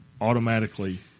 automatically